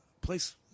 place